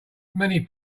many